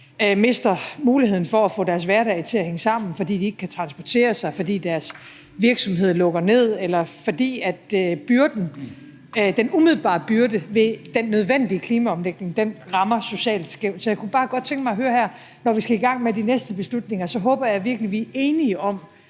mister muligheden for at få deres hverdag til at hænge sammen, fordi de ikke kan transportere sig, fordi deres virksomhed lukker ned, eller fordi den umiddelbare byrde ved den nødvendige klimaomlægning rammer socialt skævt. Så jeg kunne bare godt tænke mig at høre noget her. Når vi skal i gang med de næste beslutninger, håber jeg virkelig, vi er enige om,